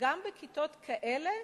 גם בכיתות כאלה